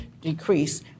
decrease